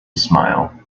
smile